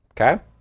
Okay